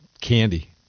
candy